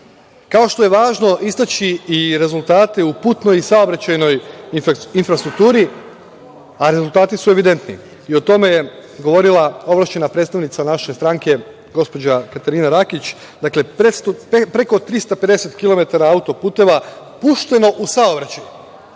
kao što je važno istaći i rezultate u putnoj i saobraćajnoj infrastrukturi. Rezultati su evidentni i o tome je govorila ovlašćena predstavnica naše stranke, gospođa Katarina Rakić, dakle, preko 350 kilometara autoputeva pušteno u saobraćaj,